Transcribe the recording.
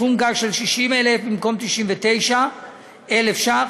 וסכום גג של 60,000 ש"ח במקום 99,000 ש"ח,